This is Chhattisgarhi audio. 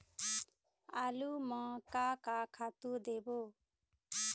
आलू म का का खातू देबो?